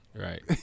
Right